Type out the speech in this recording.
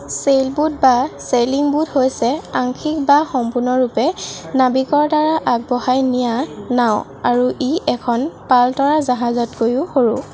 sailboat বা sailing boat হৈছে আংশিক বা সম্পূৰ্ণৰূপে নাৱিকৰ দ্বাৰা আগবঢ়াই নিয়া নাও আৰু ই এখন পালতৰা জাহাজতকৈও সৰু